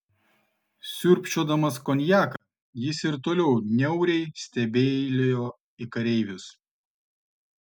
siurbčiodamas konjaką jis ir toliau niauriai stebeilijo į kareivius